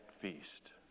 feast